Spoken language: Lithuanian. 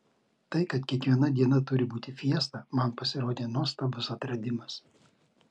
tai kad kiekviena diena turi būti fiesta man pasirodė nuostabus atradimas